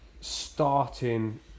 starting